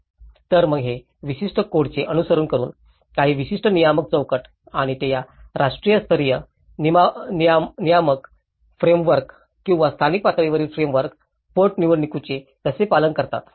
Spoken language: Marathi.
तर मग ते विशिष्ट कोड चे अनुसरण करून काही विशिष्ट नियामक चौकट आणि ते या राष्ट्रीय स्तरीय नियामक फ्रेमवर्क किंवा स्थानिक पातळीवरील फ्रेमवर्क पोटनिवडणुकीचे कसे पालन करतात